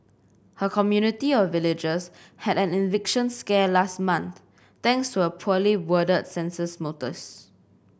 her community of villagers had an eviction scare last month thanks to a poorly worded census notice